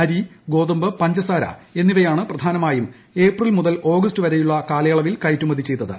അരി ഗോതമ്പ് പഞ്ചസാര എന്നിവയാണ് പ്രധാനമാട്യും ് ഏപ്രിൽ മുതൽ ഓഗസ്റ്റ് വരെയുള്ള കാലയളവിൽ കയറ്റുമിതി ചെയ്തത്